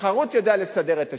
התחרות יודעת לסדר את השוק,